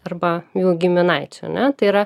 arba jų giminaičių ar ne tai yra